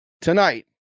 tonight